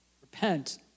Repent